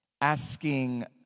asking